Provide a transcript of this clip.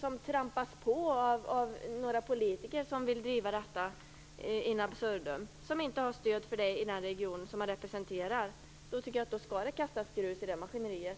Om några politiker in absurdum vill driva något som de inte har stöd för i den region som de representerar, tycker jag att man skall kasta grus i maskineriet.